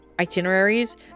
itineraries